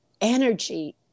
energy